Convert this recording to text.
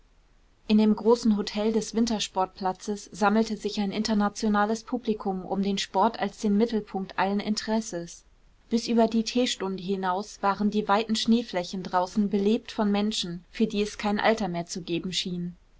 in dem großen hotel des wintersportplatzes sammelte sich ein internationales publikum um den sport als den mittelpunkt allen interesses bis über die teestunde hinaus waren die weiten schneeflächen draußen belebt von menschen für die es kein alter mehr zu geben schien